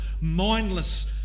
mindless